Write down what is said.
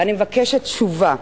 ואני מבקשת תשובה.